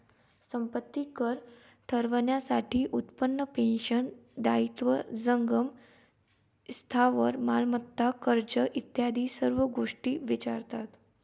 संपत्ती कर ठरवण्यासाठी उत्पन्न, पेन्शन, दायित्व, जंगम स्थावर मालमत्ता, कर्ज इत्यादी सर्व गोष्टी विचारतात